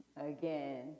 Again